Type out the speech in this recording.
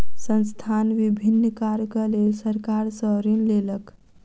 संस्थान विभिन्न कार्यक लेल सरकार सॅ ऋण लेलक